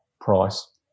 price